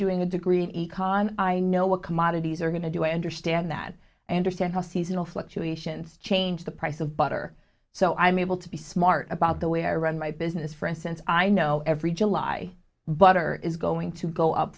doing a degree econ i know what commodities are going to do i understand that anderson has seasonal fluctuations change the price of butter so i'm able to be smart about the way i run my business for instance i know every july butter is going to go up